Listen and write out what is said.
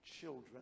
children